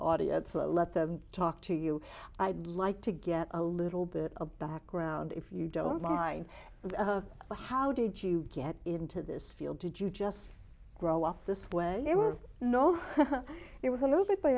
audience and let them talk to you i'd like to get a little bit of background if you don't mind the how did you get into this field did you just grow up this way it was no it was a little bit by